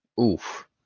Oof